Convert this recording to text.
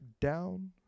down